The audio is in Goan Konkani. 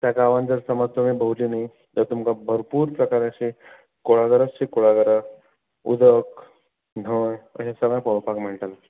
त्या गांवान जर समज तुमी भोंवलीं न्ही थंय तुमकां भरपूर प्रकाराचीं कुळागरातशीं कुळागरां उदक न्हंय अशें सगळें पोळोवपाक मेळटलें